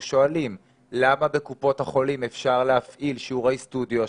ולכן אנחנו שואלים למה בקופות החולים אפשר להפעיל שיעורי סטודיו,